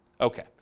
Okay